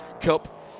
Cup